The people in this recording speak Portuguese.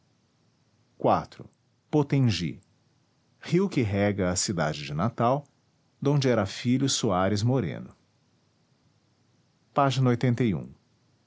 rio iv potengi rio que rega a cidade de natal donde era filho soares moreno pág